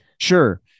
Sure